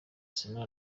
sena